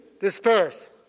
disperse